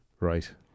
Right